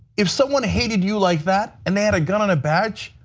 if someone hated you like that and they had a gun and a badge,